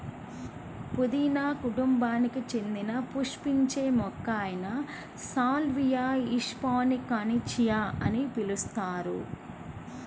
పుదీనా కుటుంబానికి చెందిన పుష్పించే మొక్క అయిన సాల్వియా హిస్పానికాని చియా అని పిలుస్తారు